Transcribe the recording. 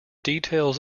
details